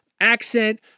accent